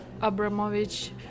Abramovich